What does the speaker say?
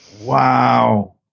Wow